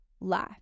life